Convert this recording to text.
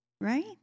right